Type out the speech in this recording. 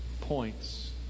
points